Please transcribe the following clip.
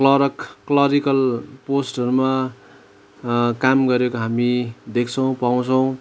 clerk clerical पोस्टहरूमा काम गरेको हामी देख्छौँ पाउँछौँ